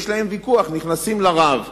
נכנסים לרב שניים,